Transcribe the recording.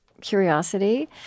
curiosity